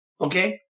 Okay